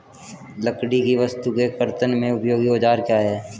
लकड़ी की वस्तु के कर्तन में उपयोगी औजार क्या हैं?